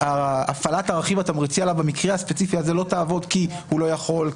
הפעלת רכיב התמריצי עליו במקרה הספציפי הזה לא תעבוד כי הוא לא יכול,